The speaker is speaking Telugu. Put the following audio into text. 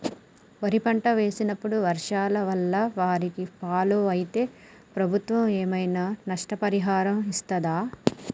వరి పంట వేసినప్పుడు వర్షాల వల్ల వారిని ఫాలో అయితే ప్రభుత్వం ఏమైనా నష్టపరిహారం ఇస్తదా?